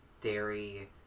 dairy